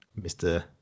Mr